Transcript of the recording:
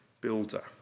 builder